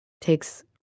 Takes